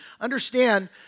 understand